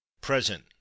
Present